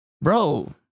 Bro